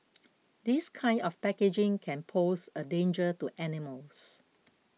this kind of packaging can pose a danger to animals